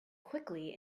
quickly